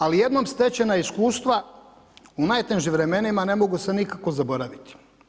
Ali jednom stečena iskustva u najtežim vremenima ne mogu se nikako zaboraviti.